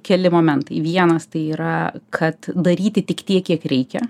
keli momentai vienas tai yra kad daryti tik tiek kiek reikia